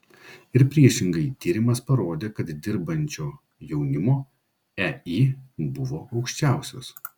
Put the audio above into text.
ir priešingai tyrimas parodė kad dirbančio jaunimo ei buvo aukščiausias